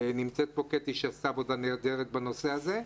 ונמצאת פה קטי שעשתה עבודה נהדרת בנושא הזה,